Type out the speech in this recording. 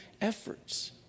efforts